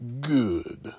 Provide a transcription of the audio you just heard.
Good